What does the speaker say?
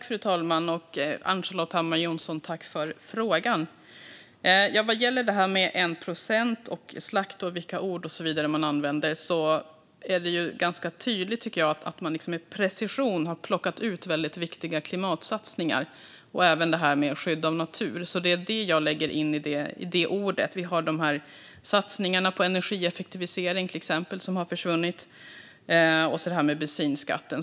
Fru talman! Tack för frågan, Ann-Charlotte Hammar Johnsson! Vad gäller 1 procent, slakt och vilka ord man använder tycker jag att det är ganska tydligt att man med precision har plockat ut väldigt viktiga klimatsatsningar och även skydd av natur. Det är det jag lägger in i ordet. Satsningarna på energieffektivisering har försvunnit, och så har vi bensinskatten.